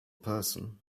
person